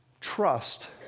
trust